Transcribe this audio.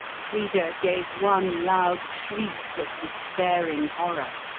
frida gave one loud shriek of despairing horror.